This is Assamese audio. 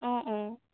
অঁ অঁ